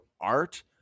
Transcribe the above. art